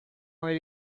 oil